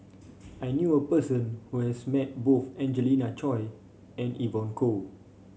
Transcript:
I knew a person who has met both Angelina Choy and Evon Kow